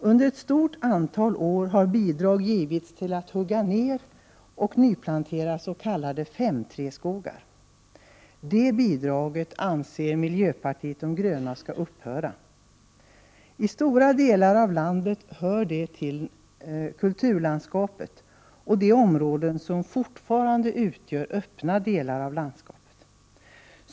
Under ett stort antal år har bidrag givits till att hugga ner och nyplantera s.k. 5:3-skogar. Det bidraget anser miljöpartiet de gröna skall upphöra. I stora delar av landet hör det till kulturlandskapet och till de områden som fortfarande utgör öppna delar av det öppna landskapet.